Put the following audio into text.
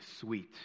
sweet